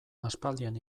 aspaldian